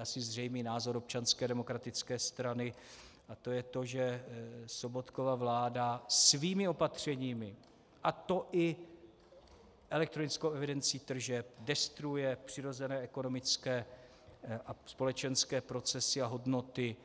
asi zřejmý názor Občanské demokratické strany, to je to, že Sobotkova vláda svými opatřeními, a to i elektronickou evidencí tržeb, destruuje přirozené ekonomické a společenské procesy a hodnoty,